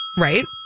right